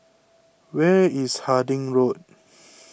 where is Harding Road